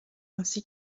ainsi